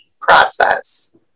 process